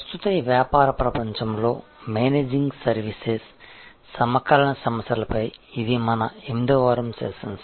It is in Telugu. ప్రస్తుత వ్యాపార ప్రపంచంలో మేనేజింగ్ సర్వీసెస్ సమకాలీన సమస్యలపై ఇది మన 8 వ వారం సెషన్స్